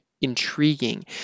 intriguing